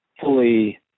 fully